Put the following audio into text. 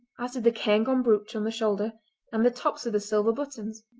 as did the cairngorm brooch on the shoulder and the tops of the silver buttons.